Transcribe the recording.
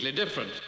different